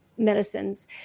medicines